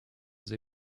sie